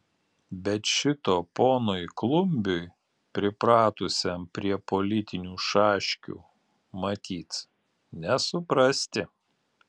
bet šito ponui klumbiui pripratusiam prie politinių šaškių matyt nesuprasti